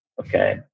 Okay